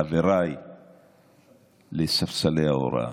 חבריי לספסלי ההוראה.